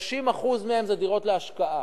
30% מהם דירות להשקעה.